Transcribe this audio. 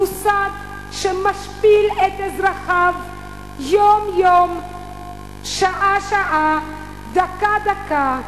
מוסד שמשפיל את אזרחיו יום-יום, שעה-שעה, דקה-דקה,